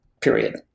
period